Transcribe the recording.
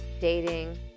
dating